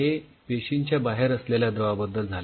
हे पेशींच्या बाहेर असलेल्या द्रवाबद्दल झाले